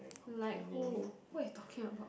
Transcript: like who who you talking about